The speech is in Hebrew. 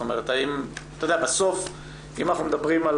אתה יודע, בסוף אם אנחנו מדברים על